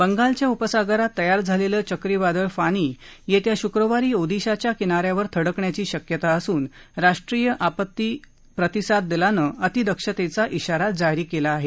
बंगालच्या उपसागरात तयार झालेलं चक्रीवादळ फानी येत्या श्क्रवारी ओदीशाच्या किना यावर थडकण्याची शक्यता असून राष्ट्रीय आपती निवारण दलानं अतिदक्षतेचा इशारा जारी केला आहे